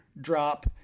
drop